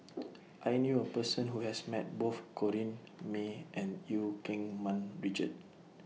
I knew A Person Who has Met Both Corrinne May and EU Keng Mun Richard